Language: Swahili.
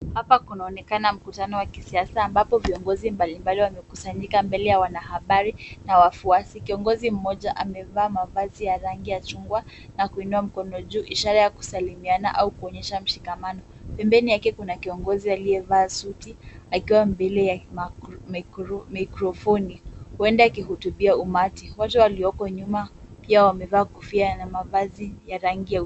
Hapa kunaonekana mkutano wa kisiasa ambapo viongozi mbali mbali wamekusanyika mbele ya wanahabari na wafuasi. Kiongozi mmoja amevaa mavazi ya rangi ya chungwa na kuinua mkono juu, ishara ya kusalimiana au kuonyesha mshikamano. Pembeni yake kuna kiongozi aliyevaa suti akiwa mbele ya maikrofoni, huenda akihutubia umati. Watu walioko nyuma pia wamevaa kofia na mavazi ya rangi ya